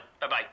Bye-bye